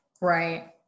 Right